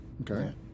okay